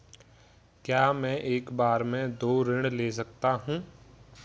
क्या मैं एक बार में दो ऋण ले सकता हूँ?